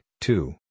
two